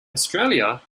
australia